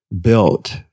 built